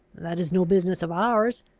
that is no business of ours!